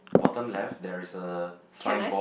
bottom left there is a signboard